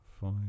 Five